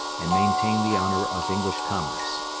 and maintained the honour of english commerce.